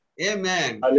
Amen